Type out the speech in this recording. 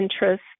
interest